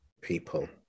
people